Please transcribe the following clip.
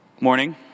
Morning